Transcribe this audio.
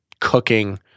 cooking